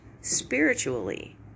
spiritually